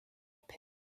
pits